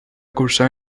cursar